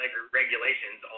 regulations